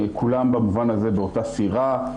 כולם במובן הזה באותה סירה.